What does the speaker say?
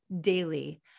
daily